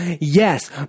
Yes